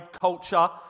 culture